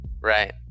right